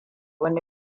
wani